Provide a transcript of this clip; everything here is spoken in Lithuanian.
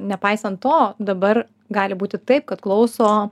nepaisant to dabar gali būti taip kad klauso